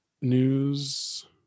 news